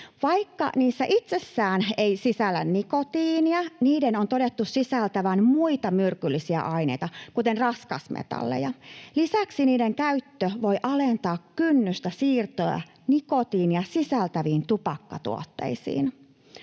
Vaikka ne eivät itsessään sisällä nikotiinia, niiden on todettu sisältävän muita myrkyllisiä aineita, kuten raskasmetalleja. Lisäksi niiden käyttö voi alentaa kynnystä siirtyä nikotiinia sisältäviin tupakkatuotteisiin.